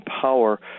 power